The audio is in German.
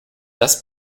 das